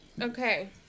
Okay